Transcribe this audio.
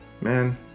man